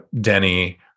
Denny